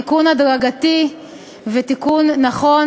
תיקון הדרגתי ותיקון נכון.